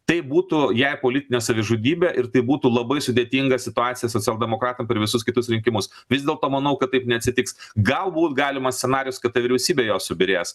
tai būtų jai politinė savižudybė ir tai būtų labai sudėtinga situacija socialdemokratam per visus kitus rinkimus vis dėlto manau kad taip neatsitiks galbūt galimas scenarijus kad ta vyriausybė jos subyrės